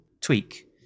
tweak